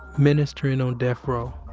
ministering on death row